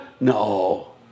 no